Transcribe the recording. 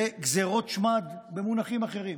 זה גזרות שמד במונחים אחרים,